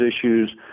issues